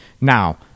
Now